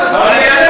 אבל אני אענה